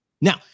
Now